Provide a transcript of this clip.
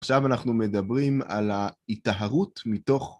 עכשיו אנחנו מדברים על ההיטהרות מתוך...